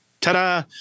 Ta-da